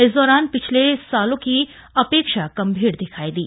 इस दौरान पिछले सालों की अपेक्षा कम भीड़ दिखाई दी